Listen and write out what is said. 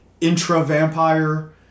intra-vampire